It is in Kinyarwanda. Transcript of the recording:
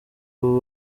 ubu